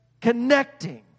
connecting